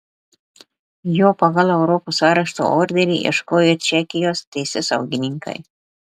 jo pagal europos arešto orderį ieškojo čekijos teisėsaugininkai